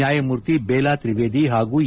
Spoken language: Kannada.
ನ್ಡಾಯಮೂರ್ತಿ ಬೇಲಾ ತ್ರಿವೇದಿ ಹಾಗೂ ಎ